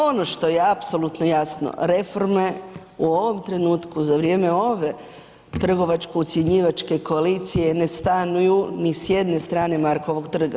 Ono što je apsolutno jasno, reforme u ovom trenutku za vrijeme trgovačko-ucjenjivačke koalicije ne stanuju ni s jedne strane Markovog trga.